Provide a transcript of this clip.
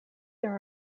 there